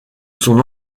son